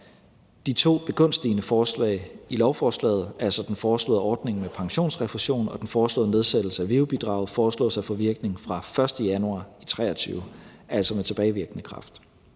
De to begunstigende forslag i lovforslaget, altså den foreslåede ordning med pensionsrefusion og den foreslåede nedsættelse af veu-bidraget, foreslås at få virkning fra den 1. januar 2023, altså med tilbagevirkende kraft.